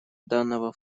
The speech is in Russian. данного